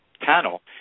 panel